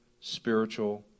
spiritual